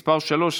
מס' 3,